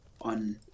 on